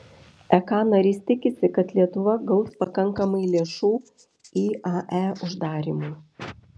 ek narys tikisi kad lietuva gaus pakankamai lėšų iae uždarymui